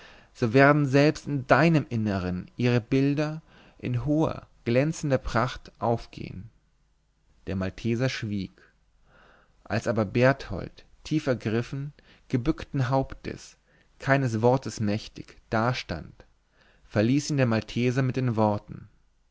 so werden selbst in deinem innern ihre bilder in hoher glänzender pracht aufgehen der malteser schwieg als aber berthold tief ergriffen gebückten hauptes keines wortes mächtig dastand verließ ihn der malteser mit den worten